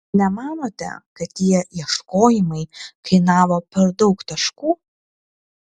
nemanote kad tie ieškojimai kainavo per daug taškų